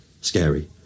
scary